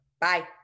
Bye